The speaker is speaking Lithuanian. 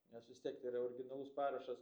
nes vis tiek tai yra originalus parašas